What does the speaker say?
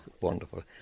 wonderful